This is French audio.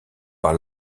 par